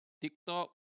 TikTok